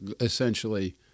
essentially